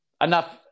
Enough